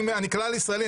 אני כלל ישראלי,